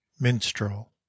Minstrel